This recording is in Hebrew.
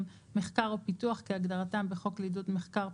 מחקר או פיתוח כהגדרתם בחוק לעידוד מחקר,